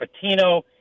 Patino